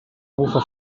bufa